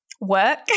Work